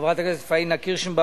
חברת הכנסת פניה קירשנבאום,